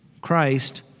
Christ